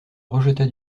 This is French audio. rejeta